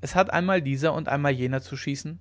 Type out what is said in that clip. es hat einmal dieser und einmal jener zu schießen